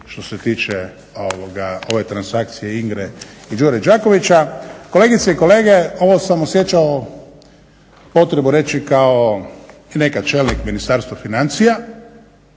što se tiče ove transakcije INGRA-e i Đure Đakovića. Kolegice i kolege, ovo sam osjećao potrebu reći kao nekad čelnik Ministarstva financija,